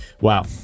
Wow